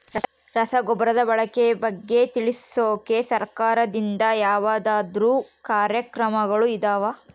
ರಸಗೊಬ್ಬರದ ಬಳಕೆ ಬಗ್ಗೆ ತಿಳಿಸೊಕೆ ಸರಕಾರದಿಂದ ಯಾವದಾದ್ರು ಕಾರ್ಯಕ್ರಮಗಳು ಇದಾವ?